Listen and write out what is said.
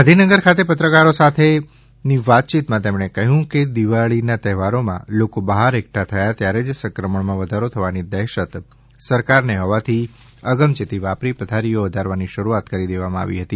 ગાંધીનગર ખાતે પત્રકારો સાથે તેમણે કહ્યું કે દિવાળીના તહેવારોમાં લોકો બહાર એકઠા થયા ત્યારે જ સંક્રમણમાં વધારો થવાની દહેશત સરકાર નેહોવાથી અગમચેતી વાપરી પથારીઓ વધારવાની શરૂઆત કરી દેવામાં આવી હતી